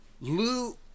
Lou